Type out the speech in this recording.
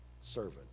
servant